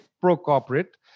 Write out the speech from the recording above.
pro-corporate